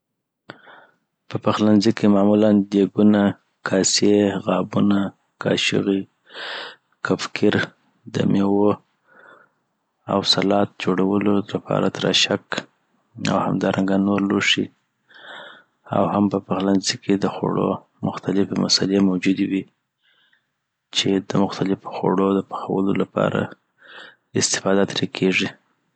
په پخلنځي کی معمولا دیګونه، کاسې، غابونه، قاشوغې، کفکیر، دمېوو او سلات جوړولو لپاره تراشک او همدارنګه نور لوښي او هم په پخلنځي کي د دخوړو .مختلفې مسلي موجودی وی چی د مختلفو خوړو د پخولو لپاره استفاده تری کیږی